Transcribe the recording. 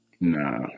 Nah